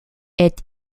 est